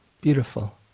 beautiful